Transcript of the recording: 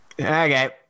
okay